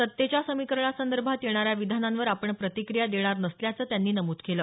सत्तेच्या समीकरणासंदर्भात येणाऱ्या विधानांवर आपण प्रतिक्रिया देणार नसल्याचं त्यांनी नमूद केलं